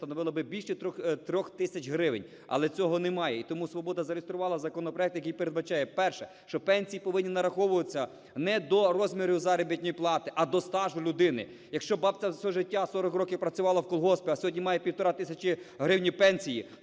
становила би більше трьох тисяч гривень, але цього немає. І тому "Свобода" зареєструвала законопроект, який передбачає, перше, що пенсії повинні нараховуватися не до розміру заробітної плати, а до стажу людини. Якщо бабця все життя, 40 років, працювала в колгоспі, а сьогодні має півтори тисячі гривень пенсії,